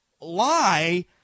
lie